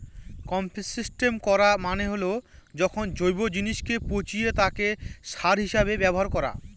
composting করা মানে হল যখন জৈব জিনিসকে পচিয়ে তাকে সার হিসেবে ব্যবহার করা